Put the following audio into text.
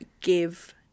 give